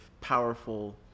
powerful